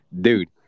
Dude